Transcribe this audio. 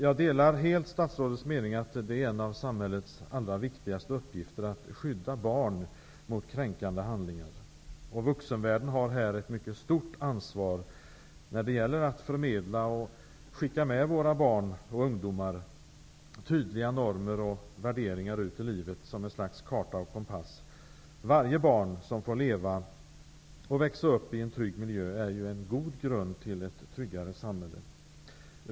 Jag delar helt statsrådets mening att en av samhällets viktigaste uppgifter är att skydda barn mot kränkande handlingar. Vuxenvärlden har ett mycket stort ansvar när det gäller att förmedla till våra barn och skicka med dem ut i livet tydliga normer och värderingar som en form av karta och kompass. Varje barn som får växa upp i en trygg miljö är ju en god grund för ett tryggare samhälle.